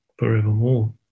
Forevermore